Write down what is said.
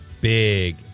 big